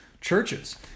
churches